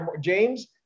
james